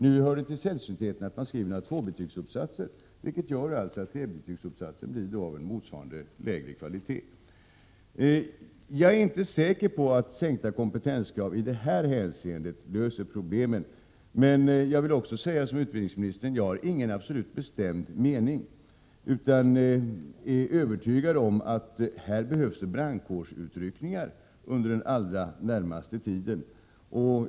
Nu hör det till sällsyntheterna att man skriver några tvåbetygsuppsatser, vilket alltså gör att trebetygsuppsatsen blir i motsvarande grad av lägre kvalitet. Jag är inte säker på att sänkta kompetenskrav i detta hänseende löser problemen. Jag vill säga som utbildningsministern att jag inte har någon absolut bestämd mening utan är övertygad om att det här behövs brandkårsutryckningar under den allra närmaste tiden.